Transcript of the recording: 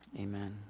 amen